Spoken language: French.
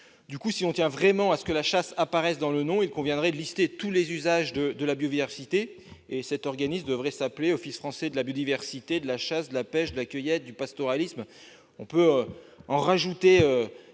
agence. Si l'on tient vraiment à ce que la chasse apparaisse dans le nom, il conviendrait de lister tous les usages de la biodiversité. Cet organisme devrait donc s'appeler Office français de la biodiversité, de la chasse, de la pêche, de la cueillette, du pastoralisme, etc. Je suis volontairement